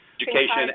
education